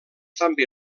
també